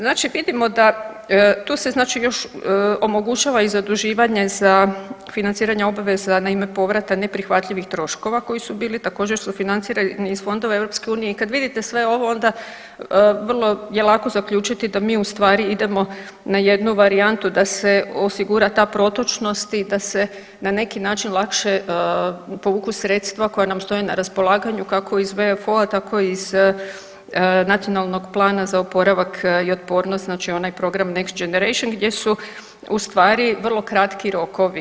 Znači vidimo da, tu se znači još omogućava i zaduživanje za financiranje obveza na ime povrata neprihvatljivih troškova koji su bili također sufinancirani iz fondova EU i kad vidite sve ovo onda vrlo je lako zaključiti da mi ustvari idemo na jednu varijantu da se osigura ta protočnost i da se na neki način lakše povuku sredstva koja nam stoje na raspolaganju kao iz VFO-a tako iz Nacionalnog plana za oporavak i otpornost znači onaj program Next Generation gdje su u stvari vrlo kratki rokovi.